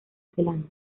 zelanda